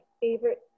favorite